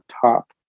top